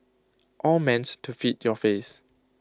all meant to fit your face